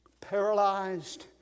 paralyzed